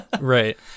Right